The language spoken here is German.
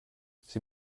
sie